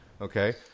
okay